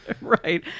Right